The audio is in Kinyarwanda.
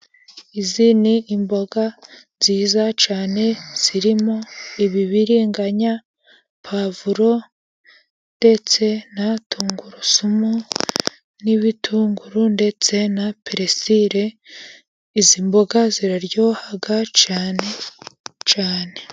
Izi n'imboga nziza cyane zirimo ibibiringanya, pavuro ndetse na tungurusumu, n'ibitunguru ndetse na peresile. Izi mboga ziraryoha cyane.